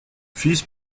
fils